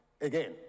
again